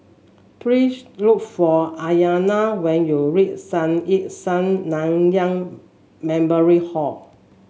please look for Aryana when you reach Sun Yat Sen Nanyang Memorial Hall